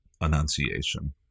Annunciation